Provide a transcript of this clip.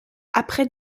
après